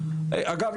אגב,